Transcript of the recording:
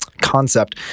concept